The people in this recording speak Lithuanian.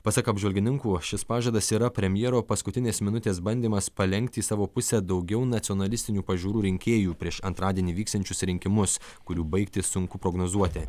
pasak apžvalgininkų šis pažadas yra premjero paskutinės minutės bandymas palenkti į savo pusę daugiau nacionalistinių pažiūrų rinkėjų prieš antradienį vyksiančius rinkimus kurių baigtį sunku prognozuoti